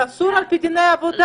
זה אסור על פי דיני עבודה.